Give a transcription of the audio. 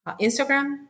Instagram